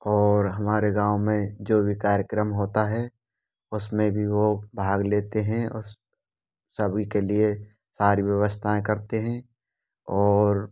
और हमारे गाँव में जो भी कार्यक्रम होता है उसमें भी वह भाग लेते हैं और स सभी के लिए सारी व्यवस्थाएँ करते हैं और